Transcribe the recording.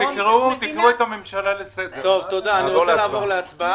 אני רוצה לעבור להצבעה.